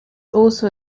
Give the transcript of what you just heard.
also